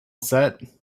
set